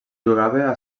jugava